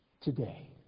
today